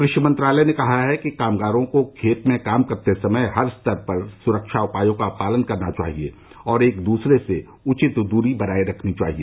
कृषि मंत्रालय ने कहा है कि कामगारों को खेत में काम करते समय हर स्तर पर सुरक्षा उपायों का पालन करना चाहिए और एक दूसरे से उचित दूरी बनाए रखनी चाहिए